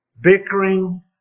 bickering